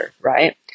right